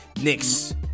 Knicks